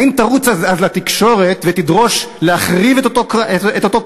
האם תרוץ אז לתקשורת ותדרוש להחריב את אותו כפר,